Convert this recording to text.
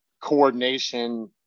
coordination